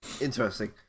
Interesting